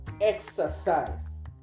exercise